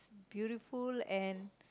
beautiful and